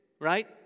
right